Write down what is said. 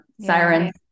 sirens